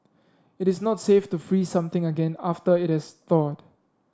it is not safe to freeze something again after it has thawed